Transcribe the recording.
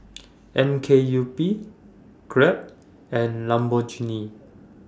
M K U P Grab and Lamborghini